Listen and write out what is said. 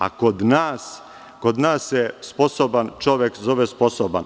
A kod nas, kod nas se sposoban čovek zove sposoban.